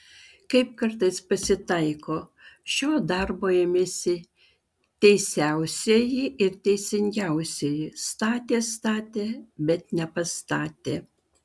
kaip kartais pasitaiko šio darbo ėmėsi teisiausieji ir teisingiausieji statė statė bet nepastatė